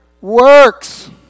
works